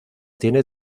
tiene